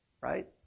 right